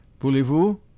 voulez-vous